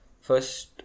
First